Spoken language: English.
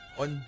on